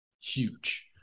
huge